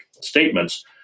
statements